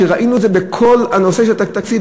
כשראינו את זה בכל הנושא של תקציב,